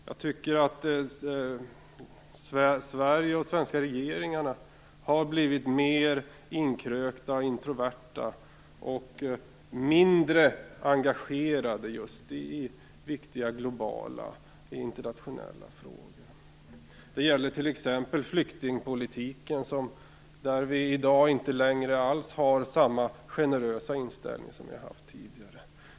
Jag tycker att Sverige och de svenska regeringarna har blivit mer inkrökta och introverta och mindre engagerade i viktiga globala internationella frågor. Det gäller t.ex. flyktingpolitiken, där vi i dag inte alls har samma generösa inställning som tidigare.